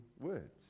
words